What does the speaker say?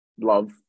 love